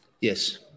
Yes